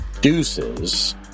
Deuces